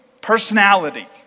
Personality